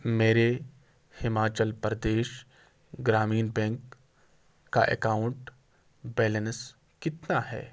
میرے ہماچل پردیش گرامین بینک کا account balance کتنا ہے